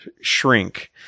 shrink